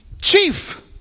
chief